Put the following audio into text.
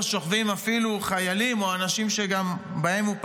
שוכבים אפילו חיילים או אנשים שבהם הוא פגע.